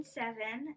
seven